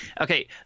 Okay